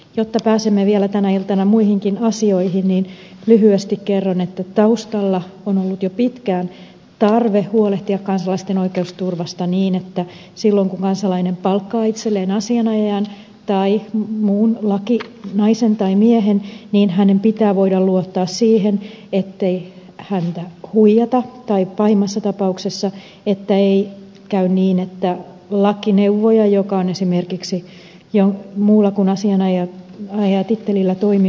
jotta pääsemme vielä tänä iltana muihinkin asioihin niin lyhyesti kerron että taustalla on ollut jo pitkään tarve huolehtia kansalaisten oikeusturvasta niin että silloin kun kansalainen palkkaa itselleen asianajajan tai muun lakinaisen tai miehen hänen pitää voida luottaa siihen ettei häntä huijata tai ettei pahimmassa tapauksessa käy niin että lakineuvoja joka on esimerkiksi muulla kuin asianajo ja tittelillä toimi